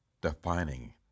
defining